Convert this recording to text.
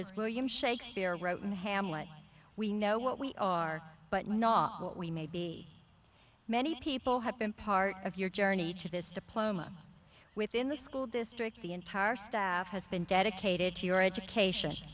as william shakespeare wrote in hamlet we know what we are but not all what we may be many people have been part of your journey to this diploma within the school district the entire staff has been dedicated to your education